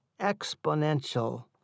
exponential